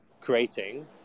creating